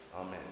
Amen